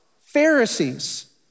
Pharisees